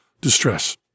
distress